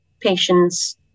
patients